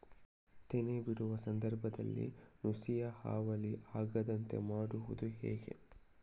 ತೆನೆ ಬಿಡುವ ಸಂದರ್ಭದಲ್ಲಿ ನುಸಿಯ ಹಾವಳಿ ಆಗದಂತೆ ಮಾಡುವುದು ಹೇಗೆ?